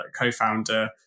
co-founder